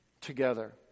together